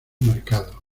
mercado